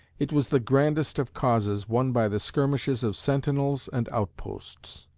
it was the grandest of causes, won by the skirmishes of sentinels and outposts.